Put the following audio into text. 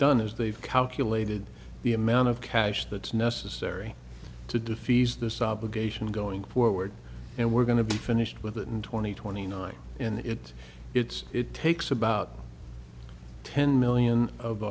done is they've calculated the amount of cash that's necessary to defeat this obligation going forward and we're going to be finished with it in two thousand and twenty nine and it it's it takes about ten million of